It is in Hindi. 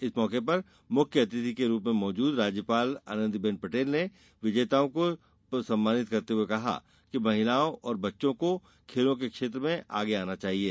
इस अवसर पर मुख्य अतिथि के रूप में मौजूद राज्यपाल आनंदी बेन पटेल ने विजेताओं को सम्मानित करते हुए कहा कि महिलाओं और बच्चों को खेलों के क्षेत्र में आगे आना चाहिये